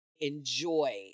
enjoy